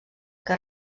que